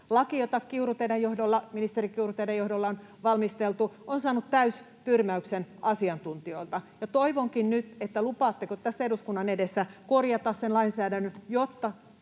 laki, jota, ministeri Kiuru, teidän johdollanne on valmisteltu, on saanut täystyrmäyksen asiantuntijoilta, ja kysynkin nyt: lupaatteko tässä eduskunnan edessä korjata sen lainsäädännön, jotta